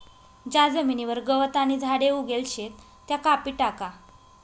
ज्या जमीनवर गवत आणि झाडे उगेल शेत त्या कापी टाका